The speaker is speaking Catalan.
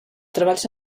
treballs